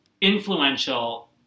influential